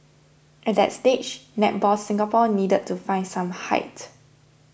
at that stage Netball Singapore needed to find some height